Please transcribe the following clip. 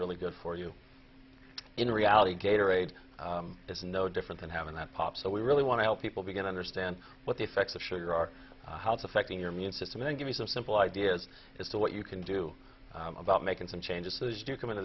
really good for you in reality gator aid is no different than having that pop so we really want to help people begin to understand what the effects of sugar are how it's affecting your immune system and give you some simple ideas as to what you can do about making some changes so that you come into